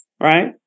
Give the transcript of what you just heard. right